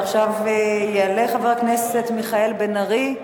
עכשיו יעלה חבר הכנסת מיכאל בן-ארי,